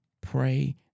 Pray